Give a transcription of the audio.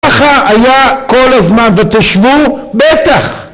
ככה היה כל הזמן ותשבו בטח